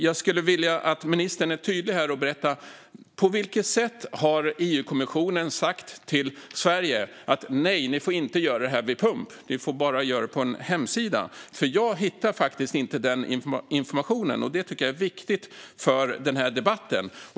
Jag skulle vilja att ministern är tydlig här och berättar på vilket sätt EUkommissionen har sagt att Sverige inte får ha ursprungsmärkning vid pump utan bara får ha information på en hemsida, för jag hittar faktiskt inte den informationen, som jag tycker är viktig för den här debatten.